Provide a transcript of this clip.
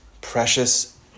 Precious